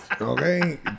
okay